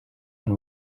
and